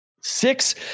six